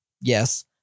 yes